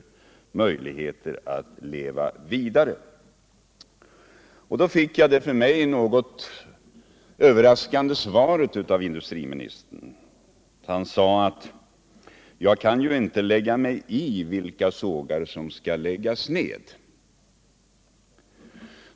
Jag fick då det något överraskande svaret av industriministern: Jag kan ju inte lägga mig i vilka sågar som skall läggas ned.